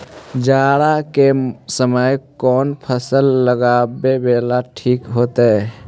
जाड़ा के समय कौन फसल लगावेला ठिक होतइ?